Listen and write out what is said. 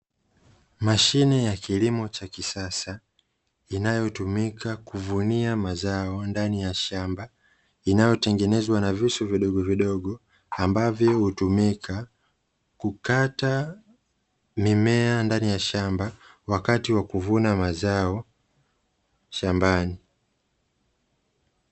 Mashine ya kilimo cha kisasa inayotumika kuvunia mazao ndani ya shamba inayotengenezwa na visu vidogovidogo, ambavyo hutumika kukata mimea ndani ya shamba wakati wa kuvuna mazao shambani.